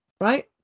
right